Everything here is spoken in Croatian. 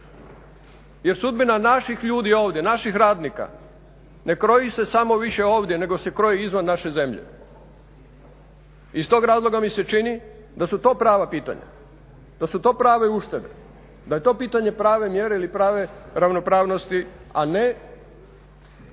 Jer sudbina naših ljudi ovdje, naših radnika ne kroji se samo više ovdje nego se kroji izvan naše zemlje i iz tog razloga mi se čini da su to prava pitanja, da su to prave uštede, da je to pitanje prave mjere ili prave ravnopravnosti a ne